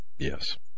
Yes